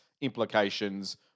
implications